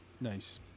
nice